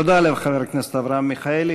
תודה לחבר הכנסת אברהם מיכאלי.